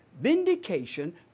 Vindication